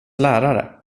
lärare